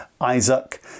Isaac